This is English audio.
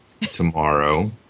tomorrow